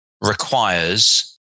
requires